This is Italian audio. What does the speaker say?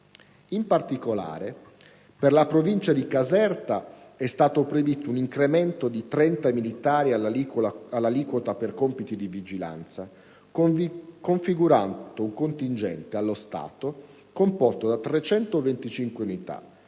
In particolare, per la provincia di Caserta, è stato previsto un incremento di 30 militari all'aliquota per compiti di vigilanza, configurando un contingente, allo stato, composto da 325 unità,